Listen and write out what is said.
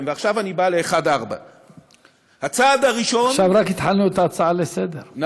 ועכשיו אני בא ל-1 4. עכשיו רק התחלנו את ההצעה לסדר-היום.